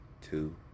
two